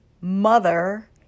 mother